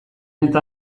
eta